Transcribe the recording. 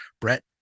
brett